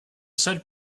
seul